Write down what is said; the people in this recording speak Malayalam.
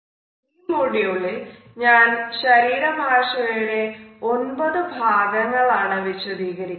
ഈ മൊഡ്യൂളിൽ ഞാൻ ശരീര ഭാഷയുടെ 9 ഭാഗങ്ങൾ ആണ് വിശദീകരിക്കുന്നത്